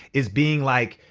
is being like,